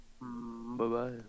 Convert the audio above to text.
Bye-bye